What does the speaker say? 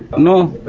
no.